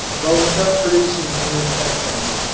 but without producing any effect on me.